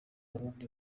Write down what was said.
burundi